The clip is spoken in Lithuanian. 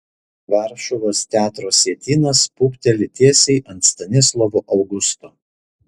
varšuvos teatro sietynas pūpteli tiesiai ant stanislovo augusto